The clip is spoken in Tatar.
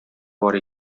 бар